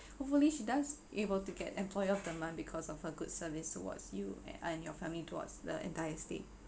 hopefully she does able to get employee of the month because of her good service towards you uh and your family towards the entire stay